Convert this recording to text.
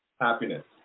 Happiness